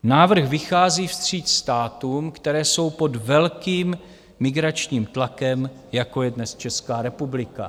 Návrh vychází vstříc státům, které jsou pod velkým migračním tlakem, jako je dnes Česká republika.